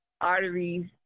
Arteries